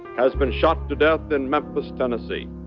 has been shot to death in memphis, tennessee.